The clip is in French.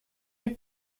eut